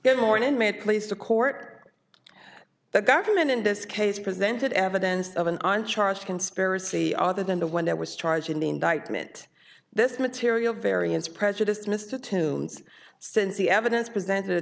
good morning made place to court the government in this case presented evidence of an on charge conspiracy other than the one that was charged in the indictment this material variance prejudiced mr tunes since the evidence presented a